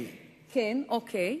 כן, אוקיי.